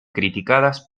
criticadas